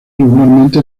regularmente